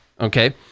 Okay